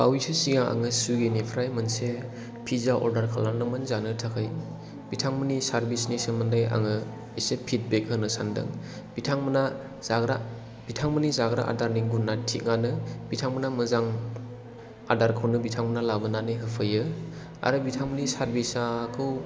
बावैसो सिगां आङो सुविगि निफ्राय मोनसे पिज्जा अर्दार खालामदोंमोन जानो थाखाय बिथांमोननि सार्भिस नि सोमोन्दै आङो इसे फिडबेक होनो सानदों बिथांमोननि जाग्रा आदारनि गुना थिगआनो बिथांमोना मोजां आदारखौनो बिथांमोना लाबोनानै होफैयो आरो बिथांमोननि सार्भिस खौ